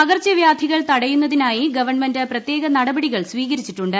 പകർച്ച വ്യാധികൾ തടയുന്നതിനായി ഗവൺമെന്റ് പ്രത്യേക നടപടികൾ സ്വീകരിച്ചിട്ടുണ്ട്